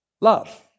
love